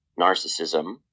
narcissism